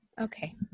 Okay